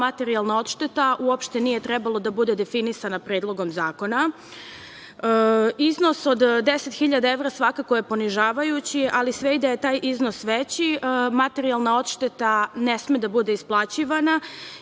materijalna odšteta uopšte nije trebalo da bude definisana Predlogom zakona. Iznos od 10.000 evra svakako je ponižavajući, ali sve i da je taj iznos veći, materijalna odšteta ne sme da bude isplaćivana